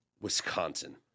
Wisconsin